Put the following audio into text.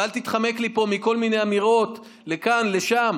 ואל תתחמק לי פה עם כל מיני אמירות לכאן, לשם.